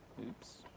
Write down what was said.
Oops